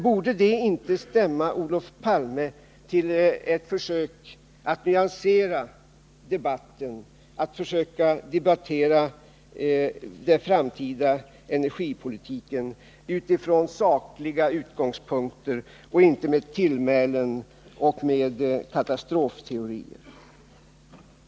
Borde det inte stämma Olof Palme till eftertanke, till att försöka nyansera debatten, att debattera den framtida energipolitiken utifrån sakliga utgångspunkter och inte med tillmälen och katastrofteorier?